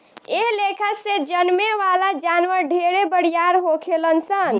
एह लेखा से जन्में वाला जानवर ढेरे बरियार होखेलन सन